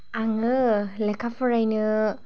आङो लेखा फरायनो